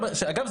אגב,